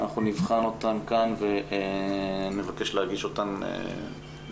אנחנו נבחן אותן כאן ונבקש להגיש אותן ביחד.